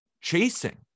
chasing